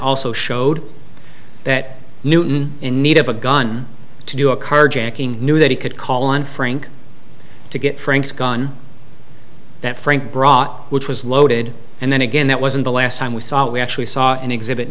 also showed that newton in need of a gun to do a carjacking knew that he could call on frank to get frank's gun that frank brought which was loaded and then again that wasn't the last time we saw we actually saw an ex